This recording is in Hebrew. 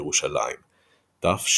ירושלים תשס"ה